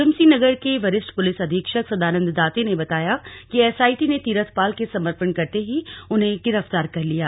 ऊधमसिंह नगर के वरिष्ठ पुलिस अधीक्षक सदानंद दाते ने बताया कि एसआईटी ने तीरथ पाल के समर्पण करते ही उन्हें गिरफ्तार कर लिया गया